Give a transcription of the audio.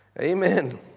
Amen